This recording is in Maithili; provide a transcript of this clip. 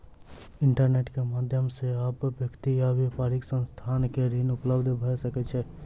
इंटरनेट के माध्यम से आब व्यक्ति आ व्यापारिक संस्थान के ऋण उपलब्ध भ सकै छै